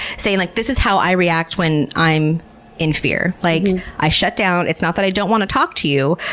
saying, like this is how i react when i'm in fear. like and i shut down. it's not that i don't want to talk to you,